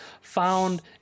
found